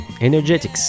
Energetics